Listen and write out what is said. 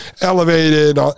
elevated